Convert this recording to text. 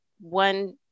one